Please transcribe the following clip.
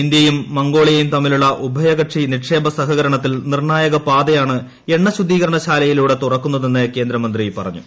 ഇന്ത്യയും മംഗോളിയയും തമ്മിലുള്ള ഉഭയകക്ഷ്ടി നിക്ഷേപ സഹകരണത്തിൽ നിർണ്ണായകപാതയാണ് എണ്ണ ശുദ്ധീകരണ ശ്മാലിയിലൂടെ തുറക്കുന്നതെന്ന് കേന്ദ്രമന്ത്രി പറഞ്ഞു